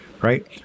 right